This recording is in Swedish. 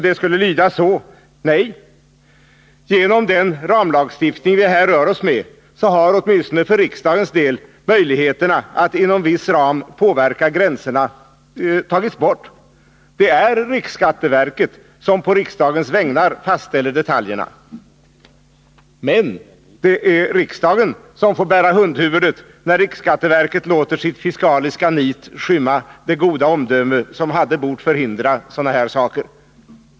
Det skulle lyda: Nej. Genom den ramlagstiftning vi här rör oss med har, åtminstone för riksdagens del, möjligheterna att inom viss ram påverka gränserna tagits bort. Det är riksskatteverket som på riksdagens vägnar fastställer detaljerna. Men det är riksdagen som får bära hundhuvudet när riksskatteverket låter sitt fiskaliska nit skymma det goda omdöme som hade bort förhindra sådana här saker.